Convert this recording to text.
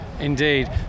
Indeed